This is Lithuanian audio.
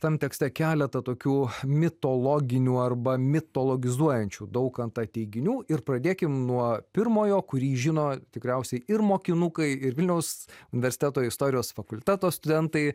tam tekste keletą tokių mitologinių arba mitologizuojančių daukantą teiginių ir pradėkim nuo pirmojo kurį žino tikriausiai ir mokinukai ir vilniaus universiteto istorijos fakulteto studentai